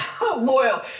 Loyal